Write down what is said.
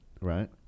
Right